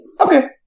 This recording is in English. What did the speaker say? Okay